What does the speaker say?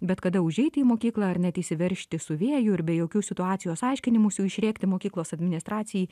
bet kada užeiti į mokyklą ar net įsiveržti su vėju ir be jokių situacijos aiškinimųsi išrėkti mokyklos administracijai